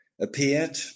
appeared